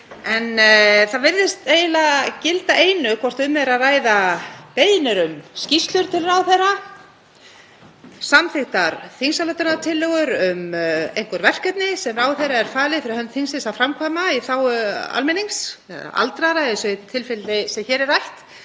en það virðist eiginlega gilda einu hvort um er að ræða beiðnir um skýrslur til ráðherra, samþykktar þingsályktunartillögur um einhver verkefni sem ráðherra er falið fyrir hönd þingsins að framkvæma í þágu almennings, aldraðra í því tilfelli sem hér er rætt,